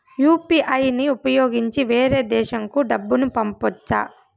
UPI ని ఉపయోగించి వేరే దేశంకు డబ్బును పంపొచ్చా?